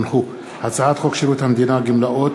הצעת חוק שירות המדינה (גמלאות)